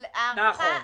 כן,